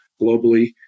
globally